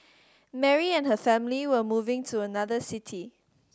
Mary and her family were moving to another city